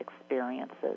experiences